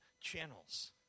channels